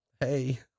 Hey